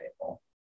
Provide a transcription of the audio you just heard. table